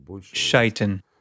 shaitan